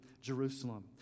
Jerusalem